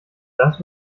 das